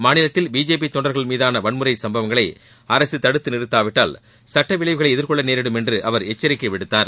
மாநிலத்தில் பிஜேபி தொண்டர்கள் மீதான வன்முறை சும்பவங்களை அரசு தடுத்து நிறுத்தாவிட்டால் சுட்ட விளைவுகளை எதிர்கொள்ள நேரிடும் என்று அவர் எச்சரிக்கை விடுத்தார்